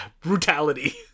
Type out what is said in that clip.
brutality